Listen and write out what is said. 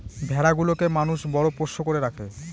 ভেড়া গুলোকে মানুষ বড় পোষ্য করে রাখে